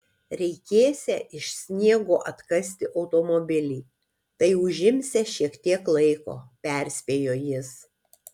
reikėsią iš sniego atkasti automobilį tai užimsią šiek tiek laiko perspėjo jis